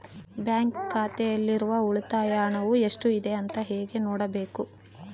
Bank ಖಾತೆಯಲ್ಲಿರುವ ಉಳಿತಾಯ ಹಣವು ಎಷ್ಟುಇದೆ ಅಂತ ಹೇಗೆ ನೋಡಬೇಕು?